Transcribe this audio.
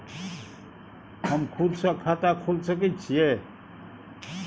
हम खुद से खाता खोल सके छीयै?